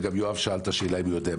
וגם יואב בן צור שאל אם הוא יודע,